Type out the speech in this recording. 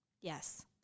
yes